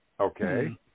Okay